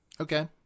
Okay